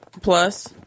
plus